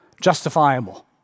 justifiable